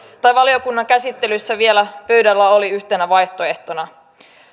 valiokunnan käsittelyssä oli vielä pöydällä yhtenä vaihtoehtona